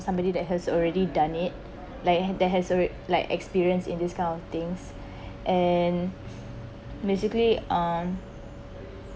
somebody that has already done it like there has alre~ like experience in this kind of things and basically uh